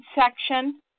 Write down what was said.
section